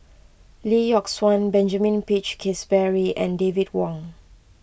Lee Yock Suan Benjamin Peach Keasberry and David Wong